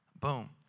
Boom